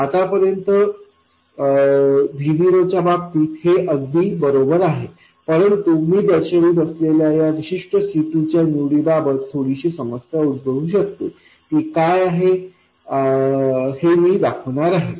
आतापर्यंत V0 च्या बाबतीत हे अगदी बरोबर आहे परंतु मी दर्शवित असलेल्या या विशिष्ट C2च्या निवडी बाबत थोडीशी समस्या उद्भवू शकते ती काय हे मी दाखवणार आहे